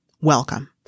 Welcome